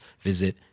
visit